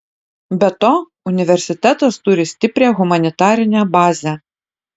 be to universitetas turi stiprią humanitarinę bazę